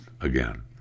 again